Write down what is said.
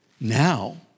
now